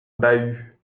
bahut